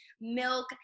milk